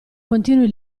continui